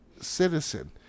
citizen